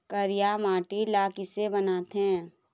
करिया माटी ला किसे बनाथे?